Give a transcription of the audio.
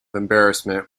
embarrassment